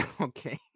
Okay